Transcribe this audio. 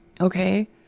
Okay